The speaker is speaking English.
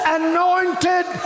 anointed